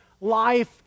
life